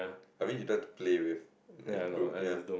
I mean you don't have to play with a group ya